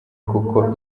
kuko